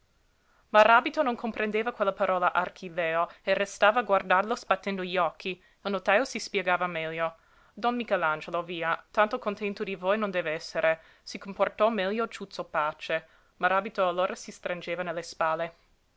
archilèo maràbito non comprendeva quella parola archilèo e restava a guardarlo sbattendo gli occhi il notajo si spiegava meglio don michelangelo via tanto contento di voi non dev'essere si comportò meglio ciuzzo pace maràbito allora si stringeva nelle spalle